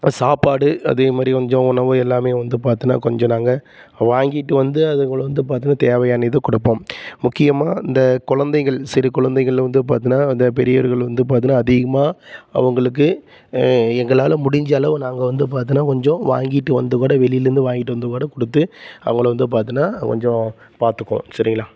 சாப்பாடு அதேமாதிரி கொஞ்சம் உணவு எல்லாமே வந்து பார்த்தீன்னா கொஞ்சம் நாங்கள் வாங்கிட்டு வந்து அதுங்களை வந்து பார்த்தீன்னா தேவையான இதை கொடுப்போம் முக்கியமாக இந்த கொழந்தைகள் சிறு கொழந்தைகள் வந்து பார்த்தீன்னா அந்த பெரியவர்கள் வந்து பார்த்தீன்னா அதிகமாக அவங்களுக்கு எங்களால் முடிஞ்ச அளவு நாங்கள் வந்து பார்த்தீன்னா கொஞ்சம் வாங்கிட்டு வந்து கூட வெளிலருந்து வாங்கிட்டு வந்து கூட கொடுத்து அவங்கள வந்து பார்த்தீன்னா கொஞ்சம் பார்த்துக்குவோம் சரிங்களா